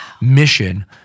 mission